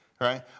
right